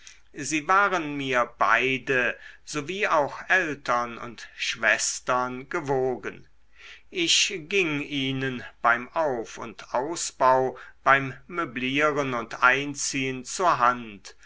sie waren mir beide so wie auch eltern und schwestern gewogen ich ging ihnen beim auf und ausbau beim möblieren und einziehen zur hand